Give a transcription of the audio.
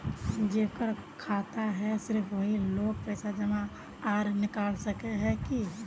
जेकर खाता है सिर्फ वही लोग पैसा जमा आर निकाल सके है की?